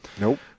Nope